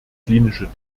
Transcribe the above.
klinische